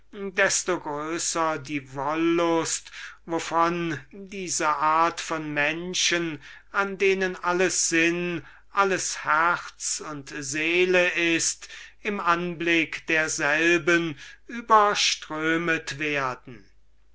desto größer die wollust wovon diese art von menschen an denen alles sinn alles herz und seele ist beim anblick derselben überströmet werden